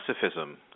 pacifism